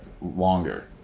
longer